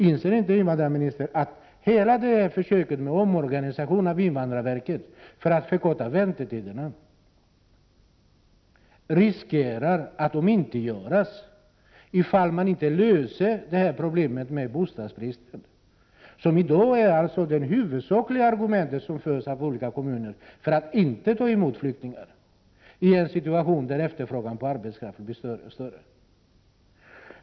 Inser inte invandrarministern att hela det här försöket med en omorganisation av invandrarverket för att förkorta väntetiderna riskerar att omintetgöras om man inte löser problemet med bostadsbristen? Bostadsbristen är ju i dag det huvudsakliga argumentet för olika kommuner att inte ta emot flyktingar, trots att efterfrågan på arbetskraft blir större och större.